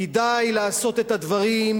כדאי לעשות את הדברים,